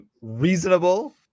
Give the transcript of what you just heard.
reasonable